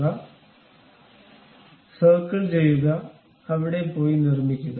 അതിനാൽ സർക്കിൾ ചെയ്യുക അവിടെ പോയി നിർമ്മിക്കുക